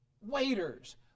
waiters